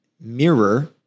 mirror